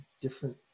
different